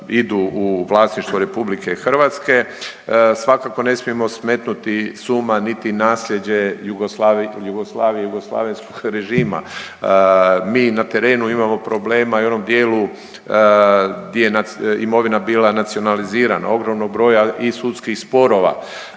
idu u vlasništvo RH, svakako ne smijemo smetnuti s uma niti nasljeđe Jugoslavije, jugoslavenskog režima. Mi na terenu imamo problema i u onom dijelu gdje je imovina bila nacionalizirana. Ogromnog broja i sudskih sporova.